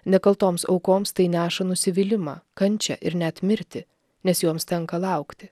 nekaltoms aukoms tai neša nusivylimą kančią ir net mirtį nes joms tenka laukti